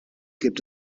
gibt